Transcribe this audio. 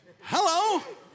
Hello